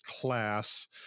class